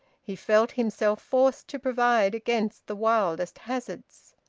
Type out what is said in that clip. he felt himself forced to provide against the wildest hazards.